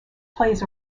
plays